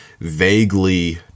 vaguely